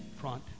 front